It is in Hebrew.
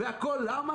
והכול למה?